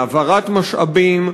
מהעברת משאבים,